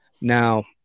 Now